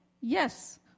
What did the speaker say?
yes